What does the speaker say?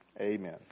amen